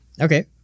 Okay